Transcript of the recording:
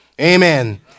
Amen